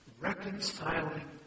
reconciling